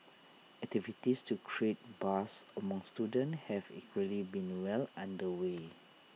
activities to create buzz among students have equally been well under way